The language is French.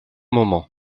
moment